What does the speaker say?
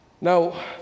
Now